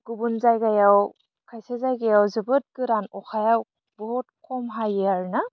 गुबुन जायगायाव खायसे जायगायाव जोबोद गोरान अखायाव बहुथ खम हायो आरोना